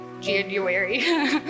January